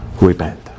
repent